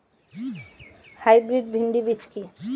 Hybrid ভীন্ডি বীজ কি?